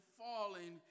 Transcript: falling